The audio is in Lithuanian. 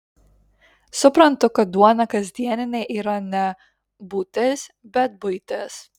suprantu kad duona kasdieninė yra ne būtis bet buitis